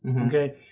Okay